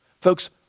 Folks